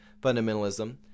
fundamentalism